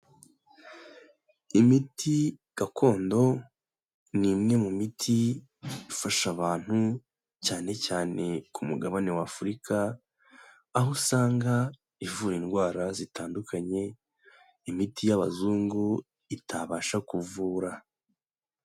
Imiti gakondo ni imwe mu miti ifasha abantu, cyane cyane ku mugabane w'Afurika, aho usanga ivura indwara zitandukanye, imiti y'abazungu itabasha kuvura.